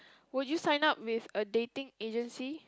would you sign up with a dating agency